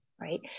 right